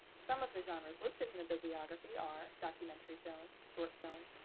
some of the genres listed in the bibliography are documentary film, short film,